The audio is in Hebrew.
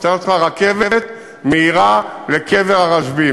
אז תאר לעצמך רכבת מהירה לקבר הרשב"י,